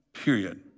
period